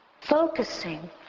focusing